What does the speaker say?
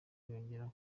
yongera